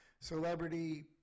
Celebrity